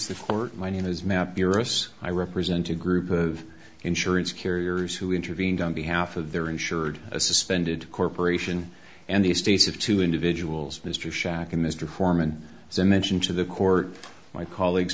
floor my name is matt dearest i represent a group of insurance carriers who intervened on behalf of their insured a suspended corporation and the estates of two individuals mr shaq and mr foreman so mention to the court my colleagues